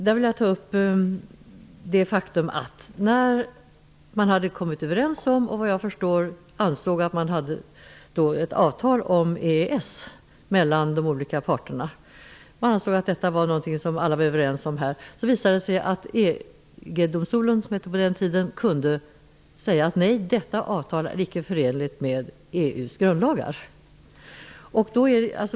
När man hade kommit överens om och, såvitt jag förstår, ansåg att de båda parterna hade ett avtal om EES, visade det sig att EG-domstolen, som det hette på den tiden, kunde säga att detta avtal inte var förenligt med EU:s grundlagar.